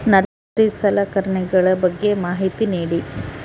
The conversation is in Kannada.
ನರ್ಸರಿ ಸಲಕರಣೆಗಳ ಬಗ್ಗೆ ಮಾಹಿತಿ ನೇಡಿ?